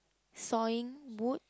sawing wood